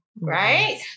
right